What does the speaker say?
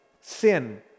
sin